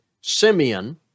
Simeon